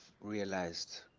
realized